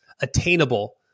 attainable